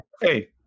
hey